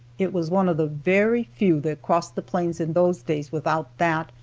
it was one of the very few that crossed the plains in those days without that,